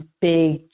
big